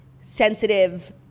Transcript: sensitive